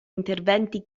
interventi